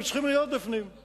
הם צריכים להיות בפנים,